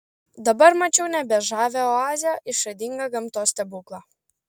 dabar mačiau nebe žavią oazę išradingą gamtos stebuklą